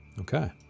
Okay